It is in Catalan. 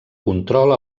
control